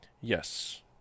Yes